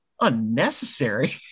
unnecessary